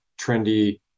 trendy